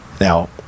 Now